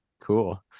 cool